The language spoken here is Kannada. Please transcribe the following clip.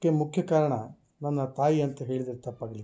ಕ್ಕೆ ಮುಖ್ಯ ಕಾರಣ ನನ್ನ ತಾಯಿ ಅಂತ ಹೇಳಿದರೆ ತಪ್ಪಾಗಲಿಕ್ಕಿಲ್ಲ